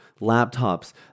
laptops